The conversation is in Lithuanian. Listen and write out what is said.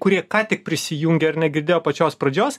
kurie ką tik prisijungė ar negirdėjo pačios pradžios